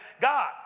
God